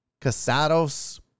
Casados